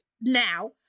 now